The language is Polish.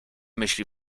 myśli